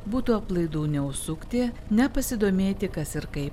būtų aplaidu neužsukti nepasidomėti kas ir kaip